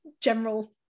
general